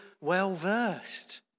well-versed